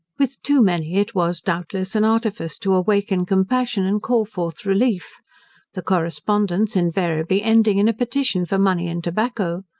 with too many it was, doubtless, an artifice to awaken compassion, and call forth relief the correspondence invariably ending in a petition for money and tobacco.